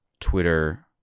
Twitter